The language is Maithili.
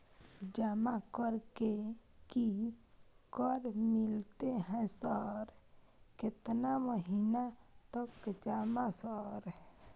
जमा कर के की कर मिलते है सर केतना महीना तक जमा सर?